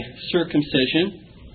circumcision